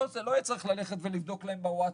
לא יהיה צריך ללכת לבדוק להם בווטסאפ.